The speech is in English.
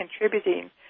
contributing